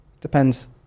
Depends